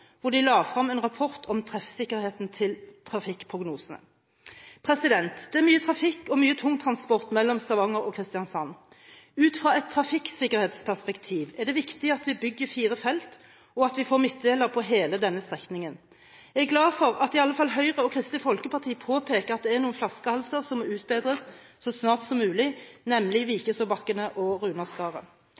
hvor de la frem en rapport om treffsikkerheten til trafikkprognosene. Det er mye trafikk og mye tungtransport mellom Stavanger og Kristiansand. Ut fra et trafikksikkerhetsperspektiv er det viktig at vi bygger fire felt, og at vi får midtdeler på hele denne strekningen. Jeg er glad for at i alle fall Høyre og Kristelig Folkeparti påpeker at det er noen flaskehalser som må utbedres så snart som mulig, nemlig Vikesåbakkene og